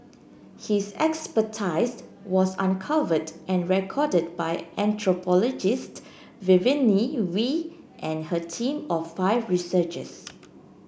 his expertise was uncovered and recorded by anthropologist Vivienne Wee and her team of five researchers